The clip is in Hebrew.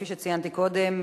כפי שציינתי קודם,